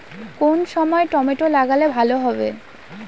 কোন সময় টমেটো লাগালে ভালো হবে?